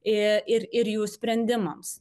ir ir jų sprendimams